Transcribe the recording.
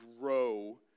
grow